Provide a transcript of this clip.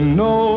no